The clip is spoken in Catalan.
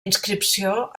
inscripció